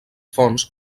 fonts